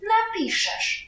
Napiszesz